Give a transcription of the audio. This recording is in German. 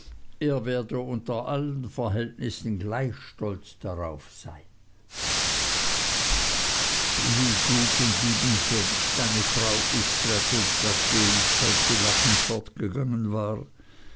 er werde unter allen verhältnissen gleich stolz darauf sein wie gut und liebenswürdig deine frau ist traddles sagte ich als sie lachend fortgegangen war